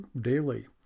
daily